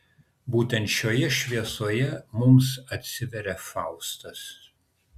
būtent šioje šviesoje mums atsiveria faustas